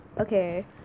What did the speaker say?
okay